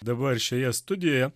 dabar šioje studijoje